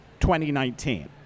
2019